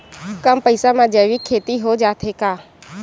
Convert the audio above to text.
कम पईसा मा जैविक खेती हो जाथे का?